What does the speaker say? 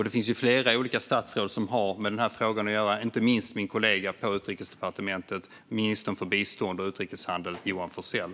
Det finns flera olika statsråd som har med den här frågan att göra, inte minst min kollega på Utrikesdepartementet, ministern för bistånd och utrikeshandel Johan Forssell.